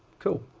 cool.